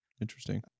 Interesting